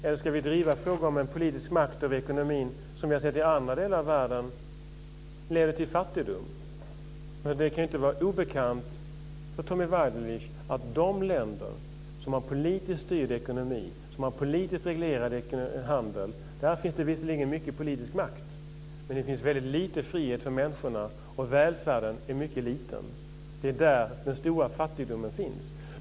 Eller ska vi driva frågan om en politisk makt över ekonomin som i andra delar av världen leder till fattigdom? Det kan ju inte vara obekant för Tommy Waidelich att i de länder som har politiskt styrd ekonomi, som har politiskt reglerad handel finns det visserligen mycket politisk makt, men det finns väldigt liten frihet och låg välfärd för människorna. Det är där den stora fattigdomen finns.